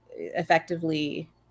effectively